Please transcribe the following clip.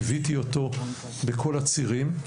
ליוויתי אותו בכל הצירים.